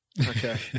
Okay